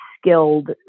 skilled